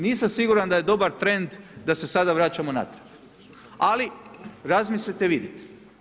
Nisam siguran da je dobar trend da se sada vraćamo unatrag, ali razmislite i vidite.